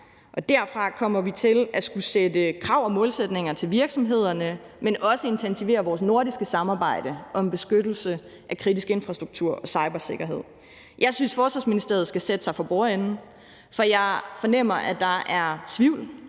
Derfra kommer vi til at skulle sætte krav om målsætninger til virksomhederne, men også intensivere vores nordiske samarbejde om beskyttelse af kritisk infrastruktur og cybersikkerhed. Jeg synes, at Forsvarsministeriet skal sætte sig for bordenden, for jeg fornemmer, at der er tvivl,